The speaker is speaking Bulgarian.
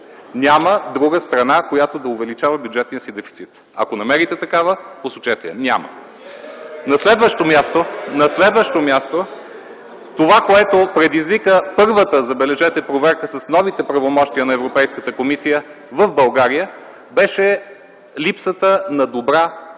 Няма друга страна, която да увеличава бюджетния си дефицит. Ако намерите такава, посочете я. Няма! (Възгласи в мнозинството.) На следващо място, това, което предизвика първата – забележете – проверка с новите правомощия на Европейската комисия в България, беше липсата на добра прогноза